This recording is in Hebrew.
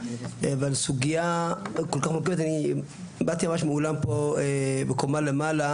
באתי ממש מהאולם פה בקומה למעלה,